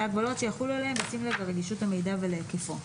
וההגבלות שיחולו עליהם בשים לב לרגישות המידע ולהיקפו,